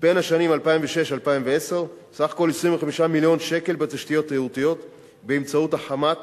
בשנים 2006 2010 25 מיליון שקלים בתשתיות תיירותיות באמצעות החמ"ת,